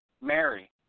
Mary